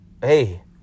hey